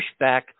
pushback